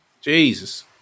Jesus